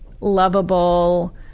lovable